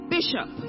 Bishop